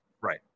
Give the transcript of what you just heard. Right